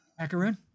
Macaron